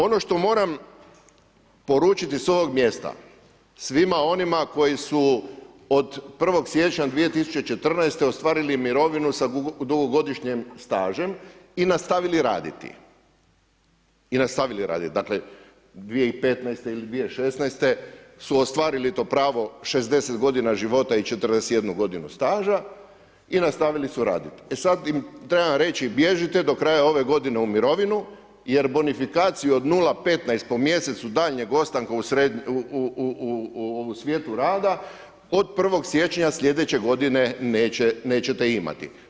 Ono što moram poručiti s ovog mjesta svima onima koji su od 1. siječnja 2014. ostvarili mirovinu sa dugogodišnjim stažem i nastavili raditi i nastavili raditi, dakle 2015., ili 2016. su ostvarili to pravo 60 godina života i 41 godinu staža i nastavili su raditi, e sad im trebam reći bježite do kraja ove godine u mirovinu, jer bonifikaciju od 0,15 po mjesecu daljnjeg ostanka u svijetu rada od 01. siječnja sljedeće godine, nećete imati.